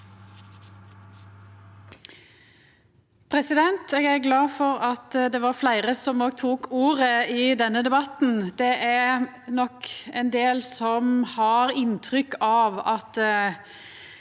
Eg er glad for at det var fleire som tok ordet i denne debatten. Det er nok ein del som har inntrykk av at